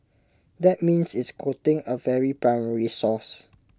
that means it's quoting A very primary source